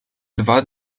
dwa